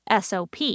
SOP